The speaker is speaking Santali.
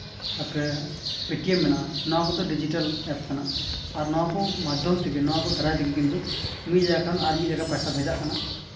ᱛᱟᱨᱯᱚᱨᱮ ᱯᱮᱴᱤᱭᱮᱢ ᱢᱮᱱᱟᱜᱼᱟ ᱱᱚᱣᱟ ᱠᱚᱫᱚ ᱰᱤᱡᱤᱴᱮᱞ ᱮᱯ ᱠᱟᱱᱟ ᱟᱨ ᱱᱚᱣᱟ ᱠᱚ ᱢᱟᱫᱽᱫᱷᱚᱢ ᱛᱮᱜᱮ ᱱᱚᱣᱟ ᱠᱚ ᱫᱟᱨᱟᱭ ᱛᱮᱜᱮ ᱠᱤᱱᱛᱩ ᱢᱤᱫ ᱡᱟᱭᱜᱟ ᱠᱷᱚᱱ ᱟᱨ ᱢᱤᱫ ᱡᱟᱭᱜᱟ ᱯᱟᱭᱥᱟ ᱵᱷᱮᱡᱟᱜ ᱠᱟᱱᱟ